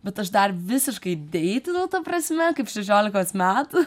bet aš dar visiškai deitinu ta prasme kaip šešiolikos metų